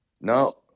No